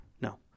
No